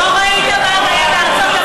לא ראית מה היה בארצות הברית?